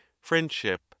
friendship